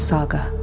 Saga